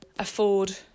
afford